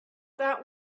that